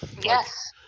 Yes